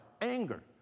anger